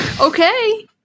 Okay